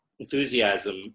Enthusiasm